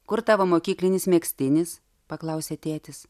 kur tavo mokyklinis megztinis paklausė tėtis